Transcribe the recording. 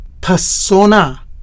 persona